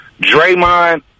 Draymond